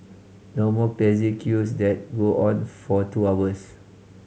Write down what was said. no more crazy queues that go on for two hours